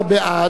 14 בעד,